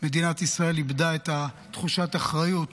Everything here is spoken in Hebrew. מדינת ישראל איבדה את תחושת האחריות